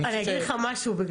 אני אגיד לך משהו.